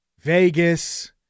Vegas